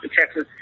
Texas